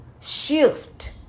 shift